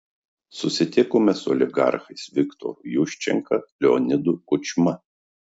susitikome su oligarchais viktoru juščenka leonidu kučma